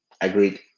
Agreed